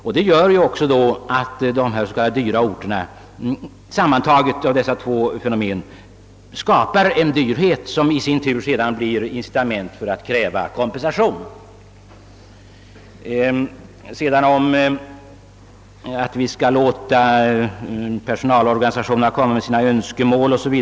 Sammantaget skapar dessa två fenomen en dyrhet på de s.k. dyra orterna som i sin tur blir incitament för att kräva kompensation. Det är alldeles klart att vi skall låta personalorganisationerna komma med sina önskemål o. s. v.